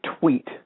tweet